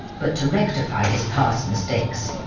but to rectify his past mistakes,